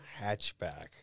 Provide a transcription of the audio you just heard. hatchback